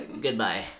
Goodbye